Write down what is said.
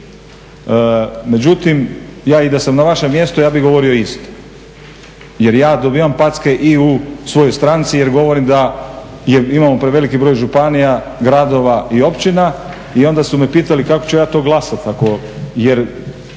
Međutim, ja i da sam na vašem mjestu ja bih govorio isto jer ja dobivam packe i u svojoj stranci jer govorim da imamo preveliki broj županija, gradova i općina. I onda su me pitali kako ću ja to glasati